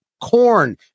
corn